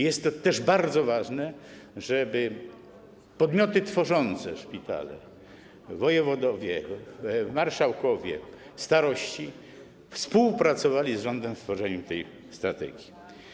Jest to też bardzo ważne, żeby podmioty tworzące szpitale: wojewodowie, marszałkowie, starostowie, współpracowali z rządem przy tworzeniu tej strategii.